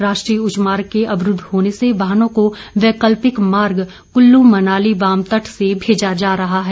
राष्ट्रीय उच्च मार्ग के अवरूद्व होने से वाहनों को वैकल्पिक मार्ग कुल्लू मनाली वामतट से भेजा रहा है